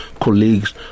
colleagues